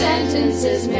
Sentences